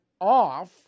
off